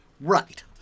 Right